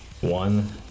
One